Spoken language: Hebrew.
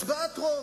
בהם,